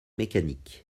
mécaniques